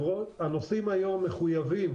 הנוסעים היום מחויבים,